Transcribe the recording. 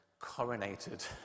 coronated